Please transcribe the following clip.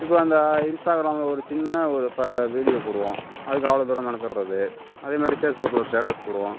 இப்போ அந்த இன்ஸ்டாகிராமில் ஒரு சின்ன ஒரு வீடியோ போடுவோம் அதுக்கு அவ்வளோதூரம் மெனக்கெடறது அதேமாதிரி ஃபேஸ்புக்கில் ஒரு ஸ்டேட்டஸ் போடுவோம்